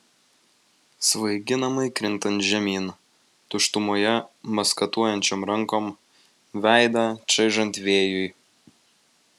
svaiginamai krintant žemyn tuštumoje maskatuojančiom rankom veidą čaižant vėjui